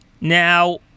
Now